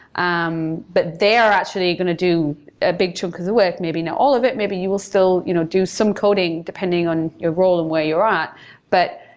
um but they are actually going to do a big chunk of the work, maybe not all of it. maybe you will still you know do some coding depending on your role on and where you're at. but